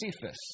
Cephas